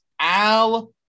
Al